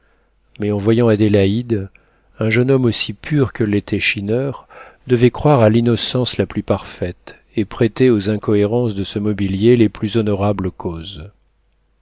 mais en voyant adélaïde un jeune homme aussi pur que l'était schinner devait croire à l'innocence la plus parfaite et prêter aux incohérences de ce mobilier les plus honorables causes